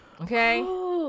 Okay